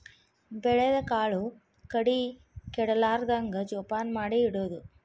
ಬೆಳದ ಕಾಳು ಕಡಿ ಕೆಡಲಾರ್ದಂಗ ಜೋಪಾನ ಮಾಡಿ ಇಡುದು